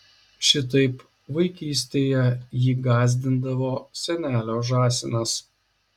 šitaip vaikystėje jį gąsdindavo senelio žąsinas